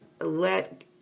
let